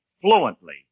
fluently